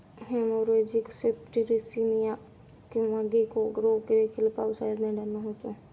haemorrhagic septicaemia किंवा गेको रोग देखील पावसाळ्यात मेंढ्यांना होतो